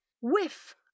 whiff